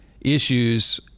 issues